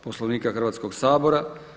Poslovnika Hrvatskog sabora.